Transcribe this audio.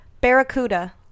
Barracuda